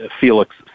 Felix